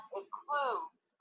includes